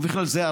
ובכלל זה,